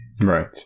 right